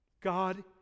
God